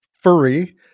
furry